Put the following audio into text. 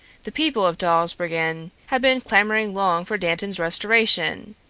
the people of dawsbergen had been clamoring long for dantan's restoration,